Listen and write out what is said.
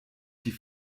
die